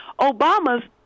Obama's